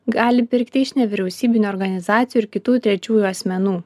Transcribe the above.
gali pirkti iš nevyriausybinių organizacijų ir kitų trečiųjų asmenų